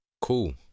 Cool